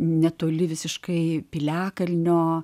netoli visiškai piliakalnio